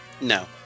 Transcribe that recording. No